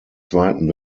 zweiten